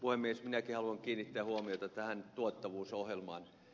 minäkin haluan kiinnittää huomiota tähän tuottavuusohjelmaan